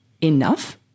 enough